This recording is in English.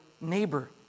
neighbor